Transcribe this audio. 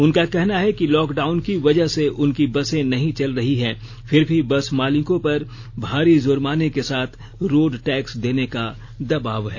उनका कहना था कि लॉकडाउन की वजह से उनकी बसें नहीं चल रहीं हैं फिर भी बस मालिकों पर भारी जुर्माने के साथ रोड टैक्स देने का दबाव है